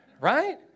right